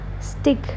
stick